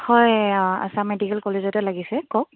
হয় আচাম মেডিকেল কলেজতে লাগিছে কওক